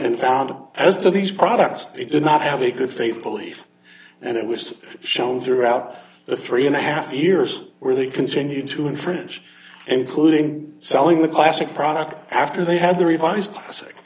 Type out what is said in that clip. to these products they did not have a good faith belief and it was shown throughout the three and a half years where they continued to infringe including selling the classic product after they had the revised